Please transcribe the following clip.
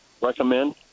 recommend